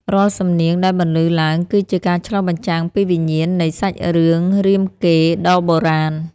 រាល់សំនៀងដែលបន្លឺឡើង គឺជាការឆ្លុះបញ្ចាំងពីវិញ្ញាណនៃសាច់រឿងរាមកេរ្តិ៍ដ៏បុរាណ។